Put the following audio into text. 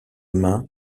main